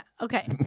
okay